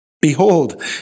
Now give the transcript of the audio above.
Behold